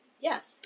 Yes